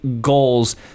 goals